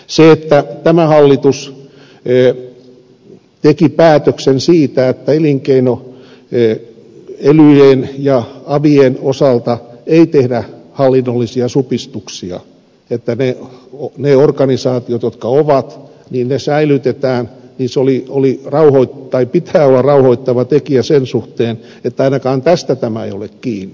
sen että tämä hallitus teki päätöksen siitä että elyjen ja avien osalta ei tehdä hallinnollisia supistuksia että ne organisaatiot jotka on säilytetään pitää olla rauhoittava tekijä sen suhteen että ainakaan tästä tämä ei ole kiinni